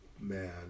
man